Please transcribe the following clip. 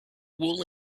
wool